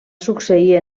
succeir